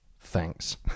thanks